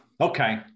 Okay